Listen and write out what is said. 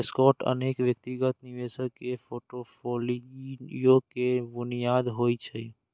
stock अनेक व्यक्तिगत निवेशक के फोर्टफोलियो के बुनियाद होइ छै